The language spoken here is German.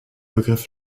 begriff